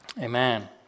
Amen